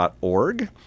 org